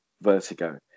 vertigo